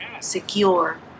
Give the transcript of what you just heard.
secure